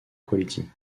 quality